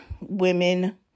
women